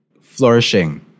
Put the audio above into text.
flourishing